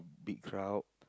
big crowd